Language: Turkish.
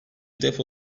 depo